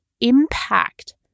impact